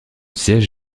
siège